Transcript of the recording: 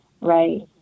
right